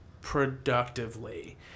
productively